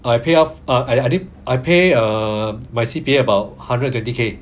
I pay off ah I didn't I pay err my C_P_F about hundred twenty K